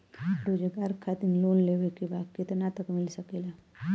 रोजगार खातिर लोन लेवेके बा कितना तक मिल सकेला?